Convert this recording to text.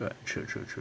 true true true